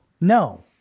No